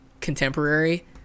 contemporary